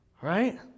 Right